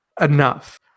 enough